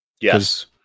Yes